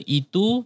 itu